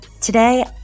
Today